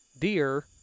deer